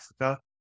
africa